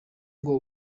ngo